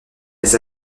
les